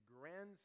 grandson